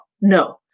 no